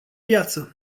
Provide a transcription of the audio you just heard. viață